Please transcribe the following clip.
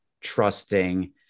trusting